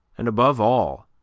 and, above all,